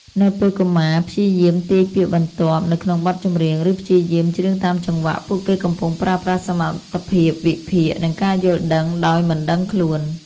នៅពេលកុមារព្យាយាមទាយពាក្យបន្ទាប់នៅក្នុងបទចម្រៀង ឬព្យាយាមច្រៀងតាមចង្វាក់ ពួកគេកំពុងប្រើប្រាស់សមត្ថភាពវិភាគ និងការយល់ដឹងដោយមិនដឹងខ្លួន។